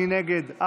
מי נגד?